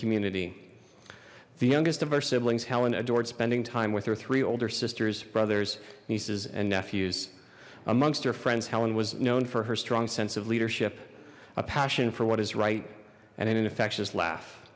community the youngest of our siblings helen adored spending time with her three older sisters brothers nieces and nephews amongst her friends helen was known for her strong sense of leadership a passion for what is right and an infectious laugh